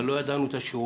אבל לא ידענו את השיעורים.